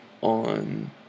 on